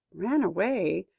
ran away?